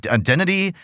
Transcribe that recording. identity